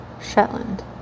Shetland